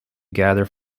gather